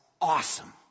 awesome